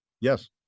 Yes